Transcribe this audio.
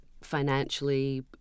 financially